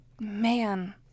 Man